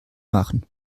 machen